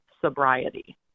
sobriety